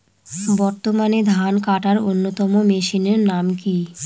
বর্তমানে ধান কাটার অন্যতম মেশিনের নাম কি?